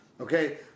Okay